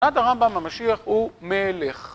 עד הרמב"ם המשיח הוא מלך.